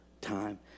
time